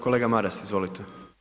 Kolega Maras, izvolite.